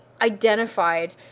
identified